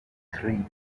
three